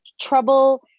trouble